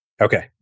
Okay